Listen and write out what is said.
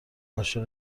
عاشق